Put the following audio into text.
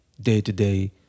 day-to-day